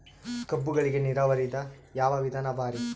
ಕಬ್ಬುಗಳಿಗಿ ನೀರಾವರಿದ ಯಾವ ವಿಧಾನ ಭಾರಿ?